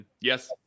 Yes